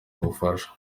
ubufasha